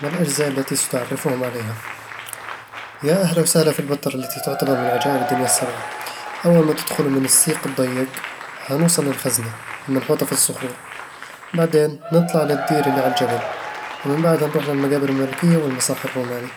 ما الأجزاء التي ستعرِّفهم عليها؟ يا أهلا وسهلا في البتراء الي تعتبر من عجائب الدنيا السبعة أول ما تدخلوا من السيق الضيق، حنوصل لـ الخزنة، المنحوتة في الصخور بعدين، نطلع لـ الدير اللي على الجبل، ومن بعدها نروح للمقابر الملكية والمسرح الروماني